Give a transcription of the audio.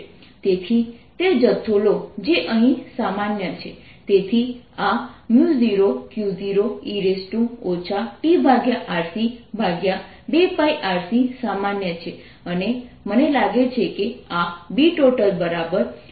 તેથી તે જથ્થો લો જે અહીં સામાન્ય છે તેથી આ 0Q0e tRC2πRC સામાન્ય છે અને મને લાગે છે આ Btotal 0Q0e tRC2πRC 1s sa2 છે